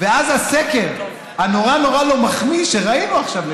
ואז הסקר הנורא-נורא לא מחמיא לליברמן שראינו עכשיו,